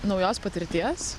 naujos patirties